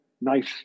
nice